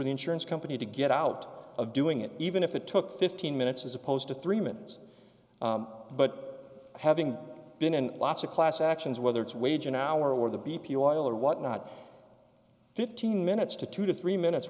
the insurance company to get out of doing it even if it took fifteen minutes as opposed to three minutes but having been in lots of class actions whether it's wage an hour or the b p oil or whatnot fifteen minutes to two to three minutes